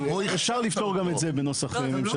אפשר לפתור גם את זה בנוסח ממשלתי.